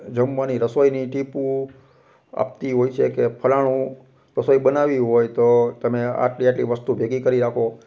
જમવાની રસોઈની ટીપું આપતી હોય છે કે ફલાણું રસોઈ બનાવવી હોય તો તમે આટલી આટલી વસ્તુ ભેગી કરી રાખો